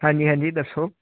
ਹਾਂਜੀ ਹਾਂਜੀ ਦੱਸੋ